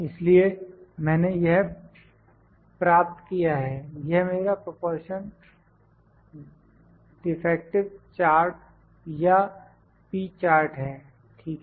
इसलिए मैंने यह प्राप्त किया है यह मेरा प्रोपोर्शन डिफेक्टिव चार्ट या P चार्ट है ठीक है